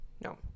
No